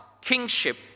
kingship